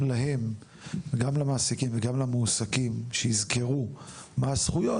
להם גם למעסיקים וגם למועסקים שיזכרו מה הזכויות,